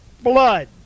blood